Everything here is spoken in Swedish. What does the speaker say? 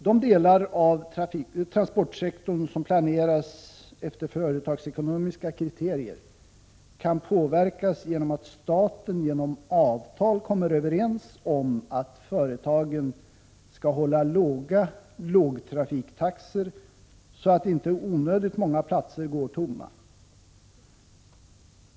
De delar av transportsektorn som planeras efter företagsekonomiska kriterier kan påverkas genom att staten genom avtal kommer överens om att företagen skall hålla låga lågtrafiktaxor, så att inte onödigt många platser går tomma.